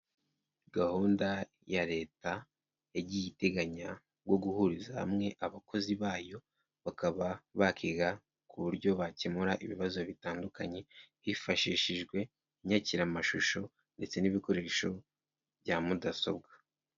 Gahunda ya Leta yagiye iteganya, ku bwo guhuriza hamwe abakozi bayo, bakaba bakiga ku buryo bakemura ibibazo bitandukanye, hifashishijwe inyakiramashusho ndetse n'ibikoresho bya mudasobwa.